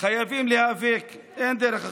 חייבים להיאבק, אין דרך אחרת.